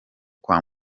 kwa